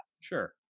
Sure